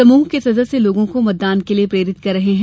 समूह के सदस्य लोगों को मतदान के लिये प्रेरित कर रहे हैं